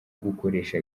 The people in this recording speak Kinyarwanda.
gukoresha